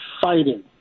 fighting